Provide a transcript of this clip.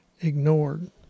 ignored